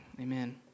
amen